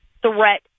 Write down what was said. threat